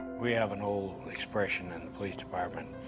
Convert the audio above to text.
we have an old expression in the police department,